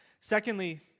Secondly